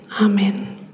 amen